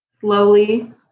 slowly